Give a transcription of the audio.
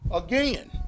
again